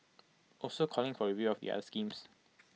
also calling for A review of the schemes